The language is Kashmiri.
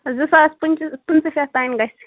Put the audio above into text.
زٕ ساس پٕنٛژہ پٕنٛژہ شَتھ تام گژھِ